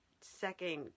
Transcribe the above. second